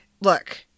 look